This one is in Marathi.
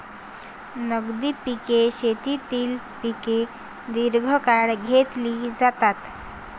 नगदी पिके शेतीतील पिके दीर्घकाळ घेतली जातात